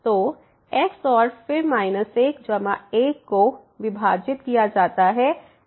तो x और फिर माइनस 1 जमा 1 को विभाजित किया जाता है x 1 से